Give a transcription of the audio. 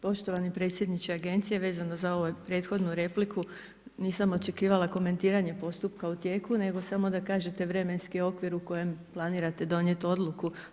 Poštovani predsjedniče agencije vezano za ovu prethodnu repliku nisam očekivala komentiranje postupka u tijeku, nego samo da kažete vremenski okvir u kojem planirate donijeti odluku.